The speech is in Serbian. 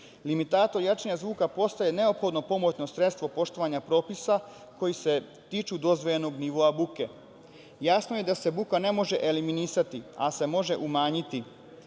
Limitator jačine zvuka postao je neophodno pomoćno sredstvo poštovanja propisa koji se tiču dozvoljenog nivoa buke. Jasno je da se buka ne može eliminisati ali se može umanjiti